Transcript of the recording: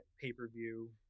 pay-per-view